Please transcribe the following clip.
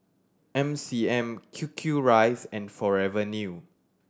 M C M Q Q Rice and Forever New